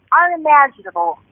unimaginable